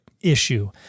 issue